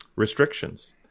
Restrictions